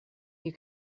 you